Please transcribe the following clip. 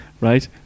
Right